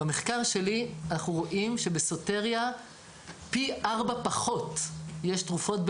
במחקר שלי אנחנו רואים שבסוטריה יש פי ארבעה פחות תרופות,